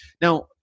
Now